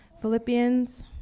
Philippians